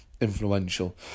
influential